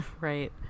right